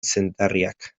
zedarriak